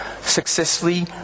successfully